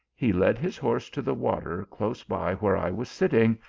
he led his horse to the water close by where i was sitting,